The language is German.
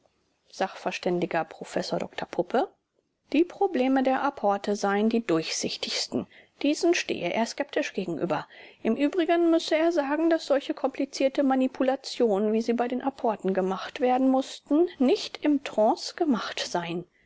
prof dr puppe die probleme der apporte seien die durchsichtigsten diesen stehe er skeptisch gegenüber im übrigen müsse er sagen daß solche komplizierte manipulationen wie sie bei den apporten gemacht werden mußten nicht im trance gemacht seien